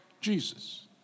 Jesus